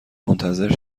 منتظر